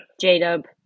J-Dub